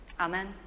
Amen